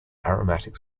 aromatic